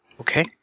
Okay